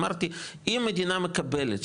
אמרתי אם מדינה מקבלת,